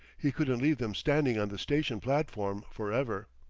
he couldn't leave them standing on the station platform for ever.